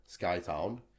Skytown